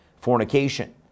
fornication